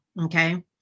okay